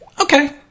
Okay